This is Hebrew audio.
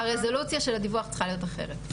הרזולוציה של הדיווח צריכה להיות אחרת.